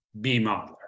B-Modeler